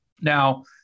Now